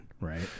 right